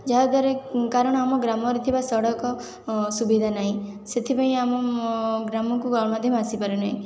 ଯାହାଦ୍ୱାରା କାରଣ ଆମ ଗ୍ରାମରେ ଥିବା ସଡ଼କ ସୁବିଧା ନାହିଁ ସେଥିପାଇଁ ଆମ ଗ୍ରାମକୁ ଗଣମାଧ୍ୟମ ଆସିପାରୁନାହିଁ